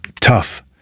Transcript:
tough